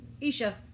Isha